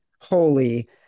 holy